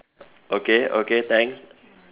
okay okay thanks